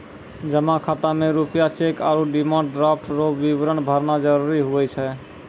जमा खाता मे रूपया चैक आरू डिमांड ड्राफ्ट रो विवरण भरना जरूरी हुए छै